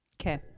Okay